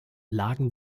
lagen